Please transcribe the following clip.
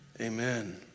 amen